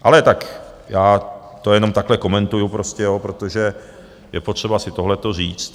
Ale tak to jenom takhle komentuji prostě, protože je potřeba si tohleto říct.